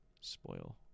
spoil